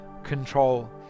control